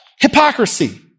hypocrisy